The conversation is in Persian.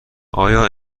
آیا